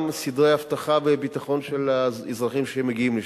גם סדרי אבטחה וביטחון של האזרחים שמגיעים לשם,